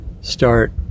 start